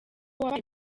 wabaye